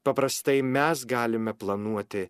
paprastai mes galime planuoti